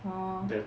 orh